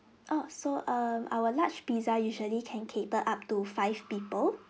oh so um our large pizza usually can cater up to five people